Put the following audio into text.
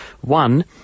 One